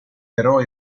però